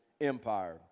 empire